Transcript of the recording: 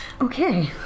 Okay